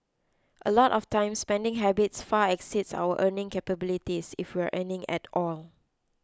a lot of times spending habits far exceeds our earning capabilities if we're earning at all